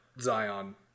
Zion